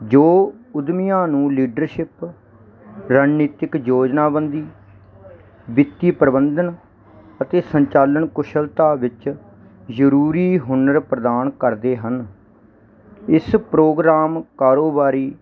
ਜੋ ਉਦਮੀਆਂ ਨੂੰ ਲੀਡਰਸ਼ਿਪ ਰਣਨੀਤਿਕ ਯੋਜਨਾ ਬੰਦੀ ਵਿੱਤੀ ਪ੍ਰਬੰਧਨ ਅਤੇ ਸੰਚਾਲਨ ਕੁਸ਼ਲਤਾ ਵਿੱਚ ਜ਼ਰੂਰੀ ਹੁਨਰ ਪ੍ਰਦਾਨ ਕਰਦੇ ਹਨ ਇਸ ਪ੍ਰੋਗਰਾਮ ਕਾਰੋਬਾਰੀ